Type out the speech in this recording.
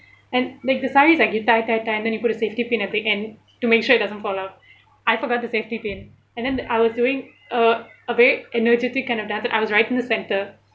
and like the sari is like you tie tie tie and then you put the safety pin at the end to make sure it doesn't fall out I forgot the safety pin and then I was doing a a very energetic kind of dance I was right in the centre